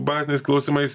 baziniais klausimais